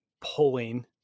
pulling